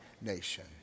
nation